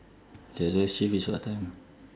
the other shift is what time